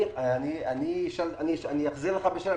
אני אחזיר לך בשאלה,